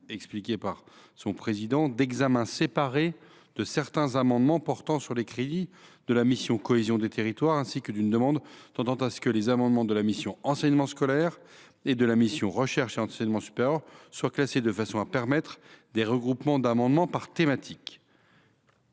de la commission des finances d’examen séparé de certains amendements portant sur les crédits de la mission « Cohésion des territoires », ainsi que d’une demande tendant à faire en sorte que les amendements de la mission « Enseignement scolaire » et de la mission « Recherche et enseignement supérieur » soient classés de façon à permettre des regroupements par thématique.